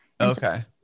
Okay